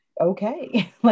okay